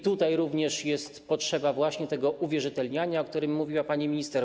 Tutaj również jest potrzeba właśnie tego uwierzytelniania, o którym mówiła pani minister.